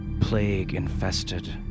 Plague-infested